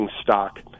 stock